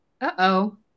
Uh-oh